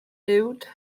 uwd